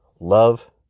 love